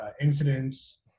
incidents